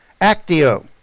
Actio